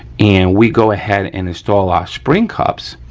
and we go ahead and install our spring cups,